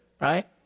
right